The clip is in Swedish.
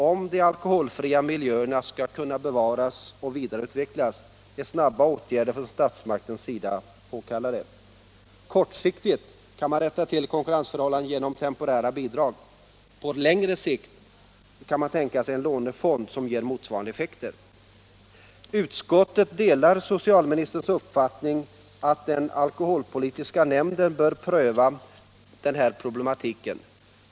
Om de alkoholfria miljöerna skall kunna bevaras och vidareutvecklas är snabba åtgärder från statsmakternas sida påkallade. Kortsiktigt kan man rätta till konkurrensförhållandet genom temporära bidrag. På längre sikt kan man tänka sig en lånefond som ger motsvarande effekter. Utskottet delar socialministerns uppfattning att den alkoholpolitiska nämnden bör pröva den här problematiken.